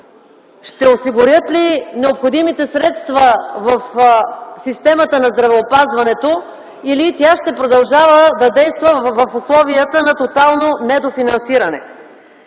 ще осигурят ли необходимите средства в системата на здравеопазването или тя ще продължава да действа в условията на тотално недофинансиране?!